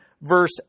verse